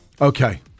Okay